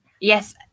Yes